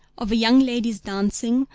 of a young lady's dancing,